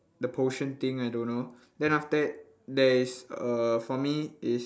the potion thing I don't know then after that there is err for me is